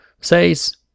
says